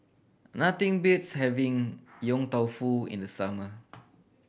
nothing beats having Yong Tau Foo in the summer